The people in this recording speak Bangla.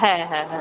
হ্যাঁ হ্যাঁ হ্যাঁ